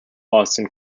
boston